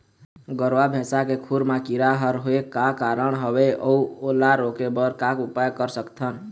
गरवा भैंसा के खुर मा कीरा हर होय का कारण हवए अऊ ओला रोके बर का उपाय कर सकथन?